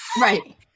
Right